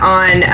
on